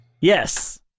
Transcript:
yes